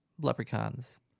leprechauns